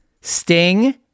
Sting